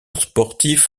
sportif